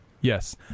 Yes